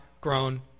grown